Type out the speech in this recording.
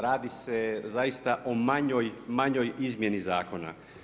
Radi se zaista o manjoj izmjeni zakona.